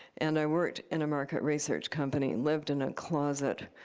and i worked in a market research company and lived in a closet.